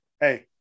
Hey